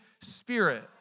Spirit